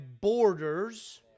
borders